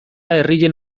herrien